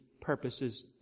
purposes